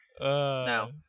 No